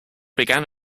began